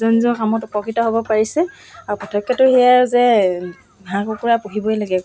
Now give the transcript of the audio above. হাই secondary pass কৰি মই বন্ধ পাইছিলোঁ ন যেতিয়া মই বন্ধ পোৱা সময়খিনিত